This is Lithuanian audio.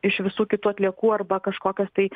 iš visų kitų atliekų arba kažkokios tai